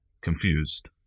Confused